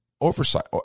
oversight